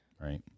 Right